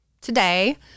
today